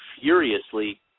furiously